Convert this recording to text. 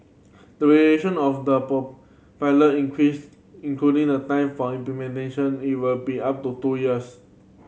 duration of the pilot increase including the time for implementation it will be up to two years